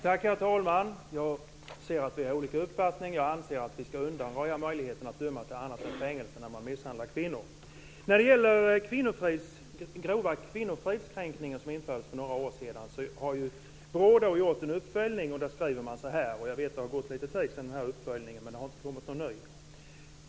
Herr talman! Jag ser att vi har olika uppfattning. Jag anser att vi ska undanröja möjligheten att döma till annat än fängelse när man misshandlar kvinnor. När det gäller brottet grov kvinnofridskränkning som infördes för några år sedan har BRÅ gjort en uppföljning. Jag vet att det har gått lite tid sedan uppföljningen, men det har inte kommit någon ny.